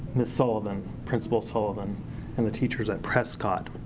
ms. sullivan, principal sullivan and the teachers at prescott.